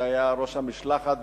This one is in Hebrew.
שהיה ראש המשלחת,